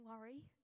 worry